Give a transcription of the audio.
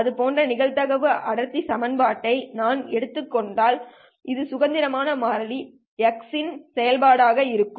இது போன்ற நிகழ்தகவு அடர்த்தி செயல்பாட்டை நான் எடுத்துக் கொண்டால் இது சுதந்திரமான மாறி x இன் செயல்பாடாக இருக்கும்